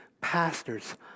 pastors